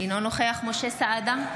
אינו נוכח משה סעדה,